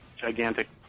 gigantic